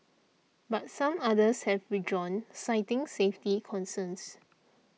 but some others have withdrawn citing safety concerns